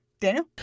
Daniel